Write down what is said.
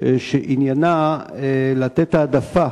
שעניינה לתת העדפה